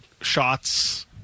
shots